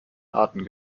arten